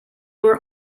were